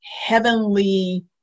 heavenly